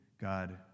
God